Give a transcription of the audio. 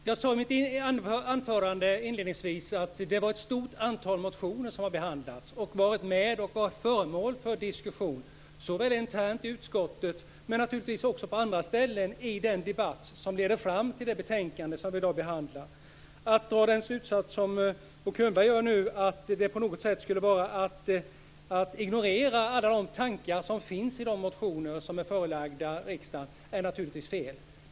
Herr talman! Jag sade i mitt anförande inledningsvis att det var ett stort antal motioner som behandlats och varit föremål för diskussion, såväl internt i utskottet som naturligtvis också på andra ställen i den debatt som lett fram till det betänkande som vi i dag behandlar. Att dra den slutsats som Bo Könberg nu drar, att detta på något sätt skulle vara att ignorera alla de tankar som finns i de motioner som är förelagda riksdagen, är naturligtvis fel.